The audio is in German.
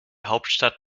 hauptstadt